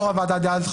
יו"ר הוועדה דאז,